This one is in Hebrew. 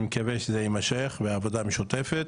אני מקווה שזה יימשך בעבודה המשותפת,